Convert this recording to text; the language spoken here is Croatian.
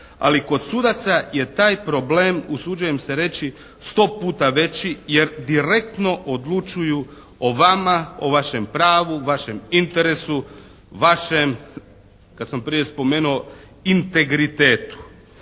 ali kod sudaca je taj problem usuđujem se reći sto puta veći jer direktno odlučuju o vama, o vašem pravu, vašem interesu, vašem kad sam prije spomenuo integritetu.